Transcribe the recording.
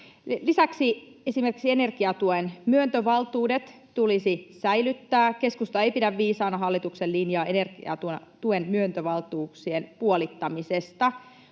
Lisäksi esimerkiksi energiatuen myöntövaltuudet tulisi säilyttää. Keskusta ei pidä viisaana hallituksen linjaa energiatuen myöntövaltuuksien puolittamisesta.